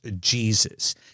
Jesus